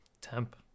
Temp